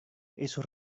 esos